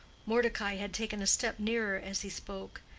mordecai had taken a step nearer as he spoke,